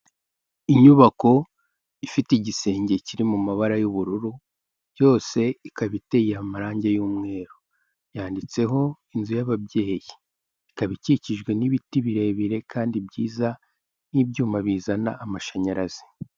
Inyubako ifite igisenge kiri mu mabara y'ubururu, yose ikaba iteye amarangi y'umweru, yanditseho inzu y'ababyeyi, ikaba ikikijwe n'ibiti birebire kandi byiza n'ibyuma bizana amashanyarazi.